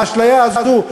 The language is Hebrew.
האשליה הזו,